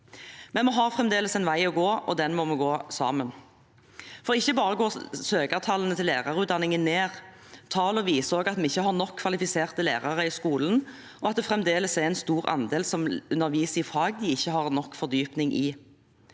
Vi har fremdeles en vei å gå, og den må vi gå sammen. Ikke bare går søkertallene til lærerutdanningen ned, tallene viser også at vi ikke har nok kvalifiserte lærere i skolen, og at det fremdeles er en stor andel som underviser i fag de ikke har nok fordypning i.